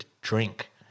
drink